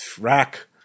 Rack